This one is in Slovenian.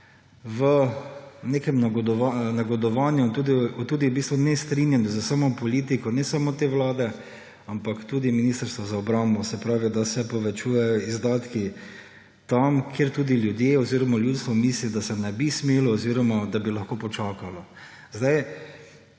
v nekem negodovanju in tudi v bistvu nestrinjanje s samo politiko ne samo te vlade, ampak tudi Ministrstva za obrambo. Se pravi, da se povečujejo izdatki tam, kjer tudi ljudje oziroma ljudstvo misli, da se ne bi smelo oziroma da bi lahko počakalo. Zdaj,